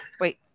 Wait